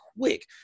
quick